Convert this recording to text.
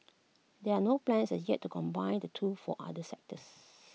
there are no plans as yet to combine the two for other sectors